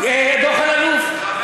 דוח אלאלוף,